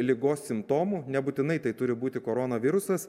ligos simptomų nebūtinai tai turi būti koronavirusas